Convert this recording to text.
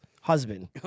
husband